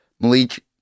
Malik